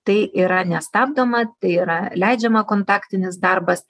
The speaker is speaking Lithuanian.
tai yra nestabdoma tai yra leidžiama kontaktinis darbas